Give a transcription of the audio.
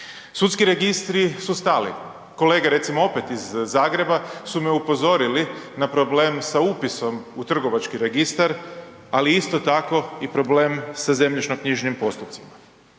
Sudski registri su stali, kolege recimo opet iz Zagreba su me upozorili na problem sa upisom u Trgovački registar, ali isto tako i problem sa zemljišno-knjižnim postupcima.